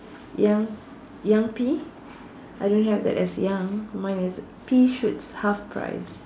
young young pea I don't have that as ya mine is pea shoots half price